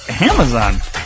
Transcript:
Amazon